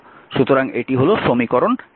সুতরাং এটি হল সমীকরণ 17